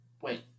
Wait